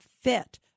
fit